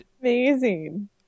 amazing